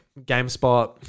GameSpot